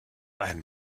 einen